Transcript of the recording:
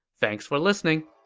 thanks for listening!